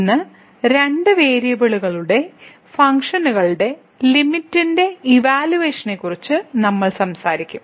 ഇന്ന് രണ്ട് വേരിയബിളുകളുടെ ഫങ്ക്ഷനുകളുടെ ലിമിറ്റിന്റെ ഇവാല്യൂവേഷനെക്കുറിച്ച് നമ്മൾ സംസാരിക്കും